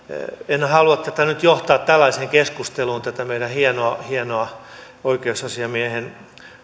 en halua nyt johtaa tällaiseen keskusteluun tätä hienoa hienoa oikeusasiamiehen